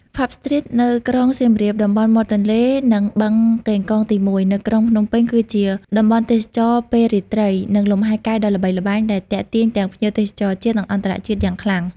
Pub Street នៅក្រុងសៀមរាប តំបន់មាត់ទន្លេ និងបឹងកេងកងទី១ នៅក្រុងភ្នំពេញ គឺជាតំបន់កម្សាន្តពេលរាត្រី និងលំហែកាយដ៏ល្បីល្បាញ ដែលទាក់ទាញទាំងភ្ញៀវទេសចរជាតិ និងអន្តរជាតិយ៉ាងខ្លាំង។